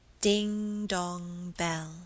Ding-dong-bell